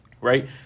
Right